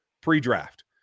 pre-draft